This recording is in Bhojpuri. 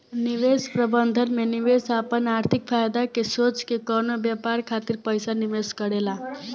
निवेश प्रबंधन में निवेशक आपन आर्थिक फायदा के सोच के कवनो व्यापार खातिर पइसा निवेश करेला